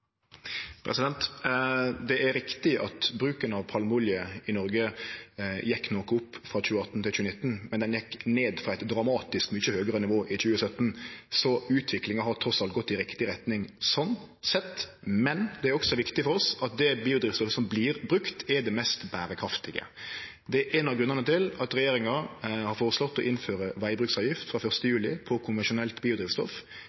Det er riktig at bruken av palmeolje i Noreg gjekk noko opp frå 2018 til 2019, men han gjekk ned frå eit dramatisk mykje høgare nivå i 2017, så utviklinga har trass alt gått i riktig retning, sånn sett. Men det er også viktig for oss at det biodrivstoffet som vert brukt, er det mest berekraftige. Det er ein av grunnane til at regjeringa har føreslått å innføre vegbruksavgift på konvensjonelt biodrivstoff frå